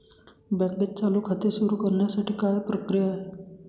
बँकेत चालू खाते सुरु करण्यासाठी काय प्रक्रिया आहे?